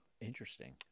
Interesting